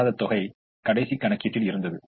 அபராத தொகை கடைசி கணக்கீட்டில் இருந்தது